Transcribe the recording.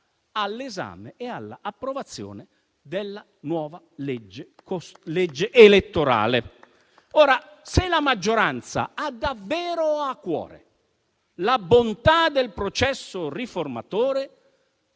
all'esame e all'approvazione della nuova legge elettorale. Ora la maggioranza, se ha davvero a cuore la bontà del processo riformatore,